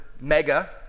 mega